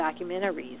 documentaries